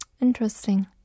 Interesting